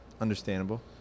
understandable